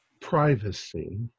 privacy